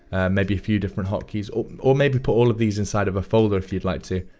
maybe a few different hotkeys. or or maybe put all of these inside of a folder if you'd like to,